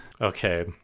Okay